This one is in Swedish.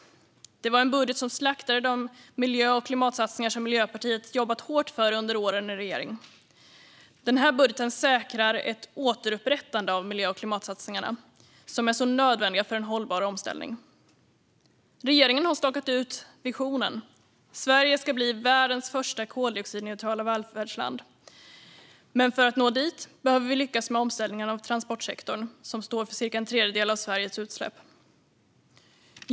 Det var en budget som slaktade de miljö och klimatsatsningar som Miljöpartiet jobbat hårt för under åren i regering. Vår budget säkrar ett återupprättande av de miljö och klimatsatsningar som är nödvändiga för en hållbar omställning. Regeringen har stakat ut visionen: Sverige ska bli världens första koldioxidneutrala välfärdsland, men för att nå dit behöver vi lyckas med omställningen av transportsektorn, som står för cirka en tredjedel av Sveriges utsläpp.